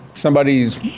somebody's